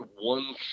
one